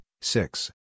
six